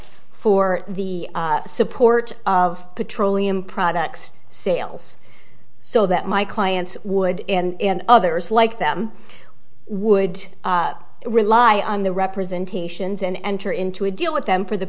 for the support of petroleum products sales so that my clients would and others like them would rely on the representations and enter into a deal with them for the